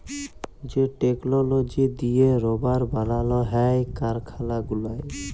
যে টেকললজি দিঁয়ে রাবার বালাল হ্যয় কারখালা গুলায়